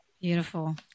Beautiful